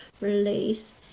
release